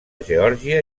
geòrgia